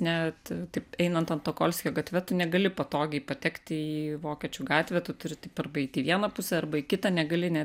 net taip einant antokolskio gatve tu negali patogiai patekti į vokiečių gatvę tu turi taip arba eit į vieną pusę arba į kitą negali ne